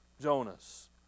Jonas